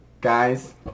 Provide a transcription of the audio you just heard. Guys